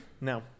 No